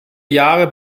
jahre